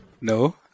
No